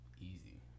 easy